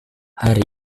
hari